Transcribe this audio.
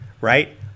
right